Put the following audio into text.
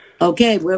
Okay